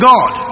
God